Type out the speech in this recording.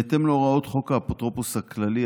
בהתאם להוראות חוק האפוטרופוס הכללי,